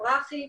ברכי.